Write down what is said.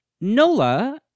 Nola